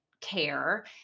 care